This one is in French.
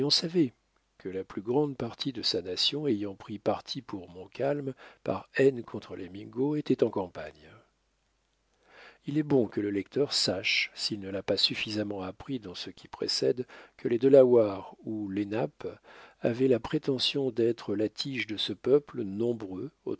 savait que la plus grande partie de sa nation ayant pris parti pour montcalm par haine contre les mingos était en campagne il est bon que le lecteur sache s'il ne l'a pas suffisamment appris dans ce qui précède que les delawares ou lenapes avaient la prétention d'être la tige de ce peuple nombreux